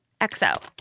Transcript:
XO